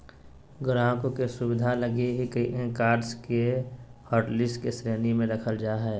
ग्राहकों के सुविधा लगी ही कार्ड्स के हाटलिस्ट के श्रेणी में रखल जा हइ